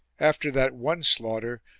after that one slaughter,